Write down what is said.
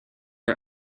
are